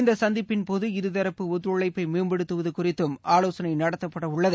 இந்த சந்திப்பின் போது இருதரப்பு ஒத்துழைப்பை மேம்படுத்துவது குறித்தும் ஆவோசனை நடத்தப்பட உள்ளது